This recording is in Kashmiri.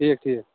ٹھیٖک ٹھیٖک